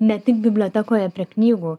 ne tik bibliotekoje prie knygų